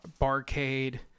barcade